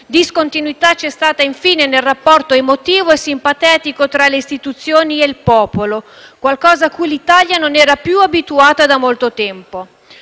Discontinuità c’è stata, infine, nel rapporto emotivo e simpatetico tra le istituzioni e il popolo, qualcosa cui l’Italia non era più abituata da molto tempo.